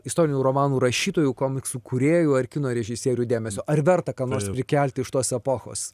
istorinių romanų rašytojų komiksų kūrėjų ar kino režisierių dėmesio ar verta ką nors prikelti iš tos epochos